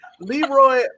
Leroy